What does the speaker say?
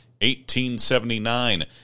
1879